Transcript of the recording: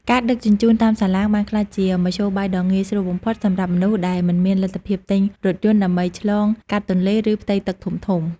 ការដឹកជញ្ជូនតាមសាឡាងបានក្លាយជាមធ្យោបាយដ៏ងាយស្រួលបំផុតសម្រាប់មនុស្សដែលមិនមានលទ្ធភាពទិញរថយន្តដើម្បីឆ្លងកាត់ទន្លេឬផ្ទៃទឹកធំៗ។